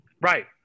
right